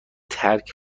ترک